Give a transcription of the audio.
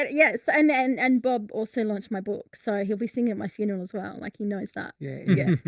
and yes. and, and, and bob also launched my book, so he'll be singing at my funeral as well. like, he knows that yeah yeah